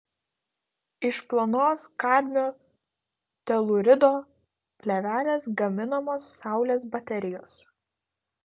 iš plonos kadmio telūrido plėvelės gaminamos saulės baterijos